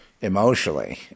emotionally